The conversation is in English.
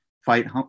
fight